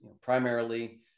primarily